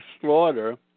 Slaughter